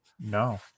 No